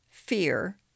Fear